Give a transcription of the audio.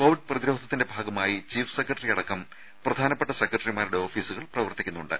Covid പ്രതിരോധത്തിന്റെ ഭാഗമായി chief സെക്രട്ടറിയടക്കം പ്രധാനപ്പെട്ട സെക്രട്ടറിമാരുടെ ഓഫീസ് പ്രവർത്തിക്കുന്നുണ്ട്